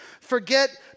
forget